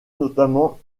notamment